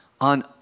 on